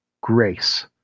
grace